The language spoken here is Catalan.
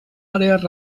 àrees